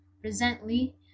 Presently